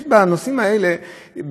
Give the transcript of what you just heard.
בנושאים האלה,